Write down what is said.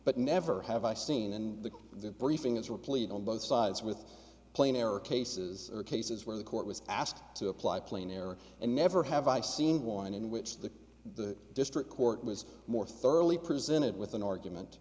but never have i seen in the briefing is replete on both sides with plain error cases are cases where the court was asked to apply plain error and never have i seen one in which the the district court was more thoroughly presented with an argument